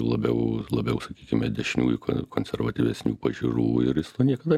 labiau labiau sakykime dešiniųjų konservatyvesnių pažiūrų ir jis to niekada